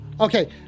Okay